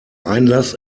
einlass